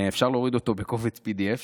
אפשר להוריד אותו בקובץ PDF,